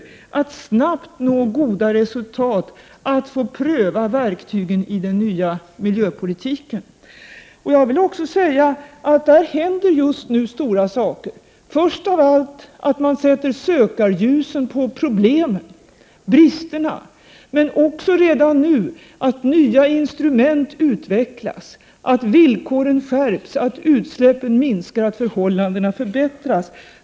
Det är ett sätt att snabbt nå goda resultat och att pröva verktygen i den nya miljöpolitiken. På det området händer mycket i dag. Man sätter först och främst sökarljusen på problemen och bristerna. Redan nu utvecklas nya instrument, villkoren skärps, utsläppen minskar och förhållandena förbättras.